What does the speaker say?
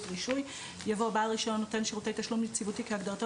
(רישוי)" יבוא "בעל רישיון נותן שירותי תשלום יציבותי כהגדרתו